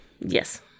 Yes